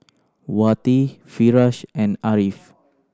Wati Firash and Ariff